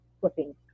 flipping